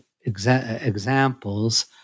examples